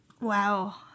Wow